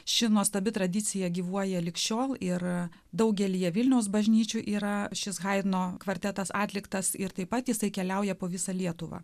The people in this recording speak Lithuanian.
ši nuostabi tradicija gyvuoja lig šiol ir daugelyje vilniaus bažnyčių yra šis haidno kvartetas atliktas ir taip pat jisai keliauja po visą lietuvą